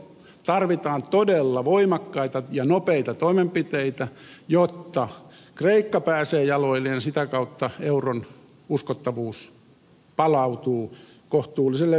tarvitaan todella voimakkaita ja nopeita toimenpiteitä jotta kreikka pääsee jaloilleen ja sitä kautta euron uskottavuus palautuu kohtuulliselle tasolle